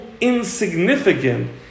insignificant